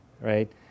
right